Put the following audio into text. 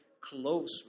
close